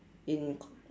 in c~